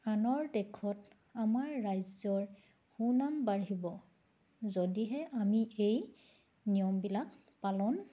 আনৰ দেশত আমাৰ ৰাজ্যৰ সুনাম বাঢ়িব যদিহে আমি এই নিয়মবিলাক পালন